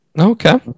Okay